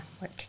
work